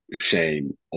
shame